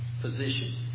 position